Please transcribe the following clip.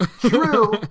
True